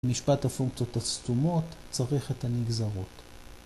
משפט הפונקציות הסתומות צריך את הנגזרות.